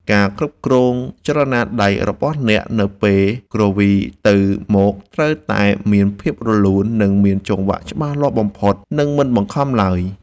ការគ្រប់គ្រងចលនាដៃរបស់អ្នកនៅពេលគ្រវីទៅមកត្រូវតែមានភាពរលូន និងមានចង្វាក់ច្បាស់លាស់បំផុត និងមិនបង្ខំឡើយ។